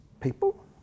people